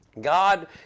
God